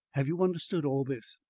have you understood all this?